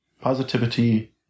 positivity